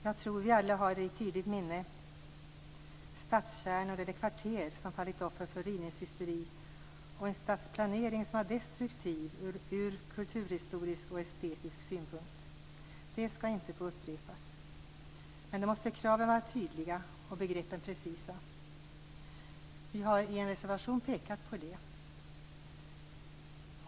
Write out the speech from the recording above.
Jag tror att vi alla har i tydligt minne stadskärnor eller kvarter som fallit offer för rivningshysteri och en stadsplanering som var destruktiv ur kulturhistorisk och estetisk synpunkt. Det skall inte få upprepas. Men då måste kraven vara tydliga och begreppen precisa. Vi har i en reservation pekat på detta.